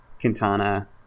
quintana